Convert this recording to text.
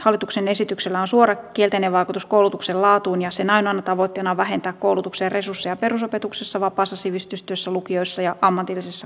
hallituksen esityksellä on suora kielteinen vaikutus koulutuksen laatuun ja sen ainoana tavoitteena on vähentää koulutuksen resursseja perusopetuksessa vapaassa sivistystyössä lukioissa ja ammatillisessa koulutuksessa